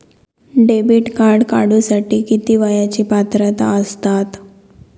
Debit card काढूसाठी किती वयाची पात्रता असतात?